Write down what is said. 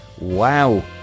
wow